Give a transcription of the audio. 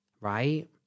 right